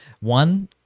one